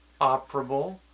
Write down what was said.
operable